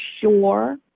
sure